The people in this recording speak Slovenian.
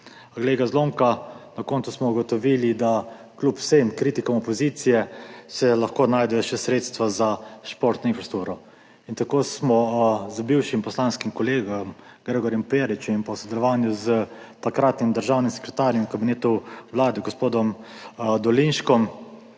glej ga zlomka, na koncu smo ugotovili, da se kljub vsem kritikam opozicije še lahko najdejo sredstva za športno infrastrukturo. Tako smo z bivšim poslanskim kolegom Gregorjem Peričem in v sodelovanju s takratnim državnim sekretarjem v Kabinetu predsednika Vlade, gospodom Dolinškom,